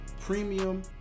premium